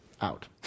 Out